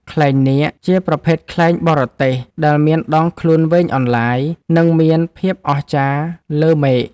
ខ្លែងនាគ ជាប្រភេទខ្លែងបរទេស ដែលមានដងខ្លួនវែងអន្លាយ និងមានភាពអស្ចារ្យលើមេឃ។